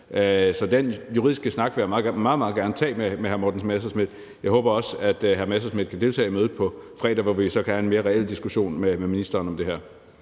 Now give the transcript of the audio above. Så den juridiske snak vil jeg meget, meget gerne tage med hr. Morten Messerschmidt. Jeg håber også, at hr. Morten Messerschmidt kan deltage i mødet på fredag, hvor vi så kan have en mere reel diskussion med ministeren om det her.